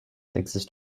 exist